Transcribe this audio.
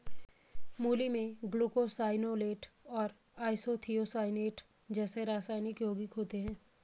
मूली में ग्लूकोसाइनोलेट और आइसोथियोसाइनेट जैसे रासायनिक यौगिक होते है